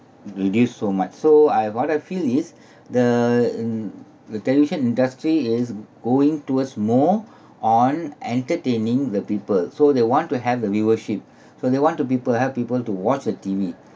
reduced so much so I what I feel is the in the television industry is going towards more on entertaining the people so they want to have the viewership so they want to people help people to watch the T_V